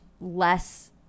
less